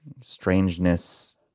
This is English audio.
strangeness